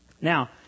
Now